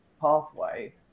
pathway